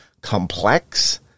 complex